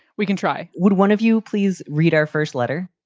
we can try. would one of you please read our first letter?